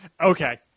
Okay